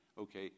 Okay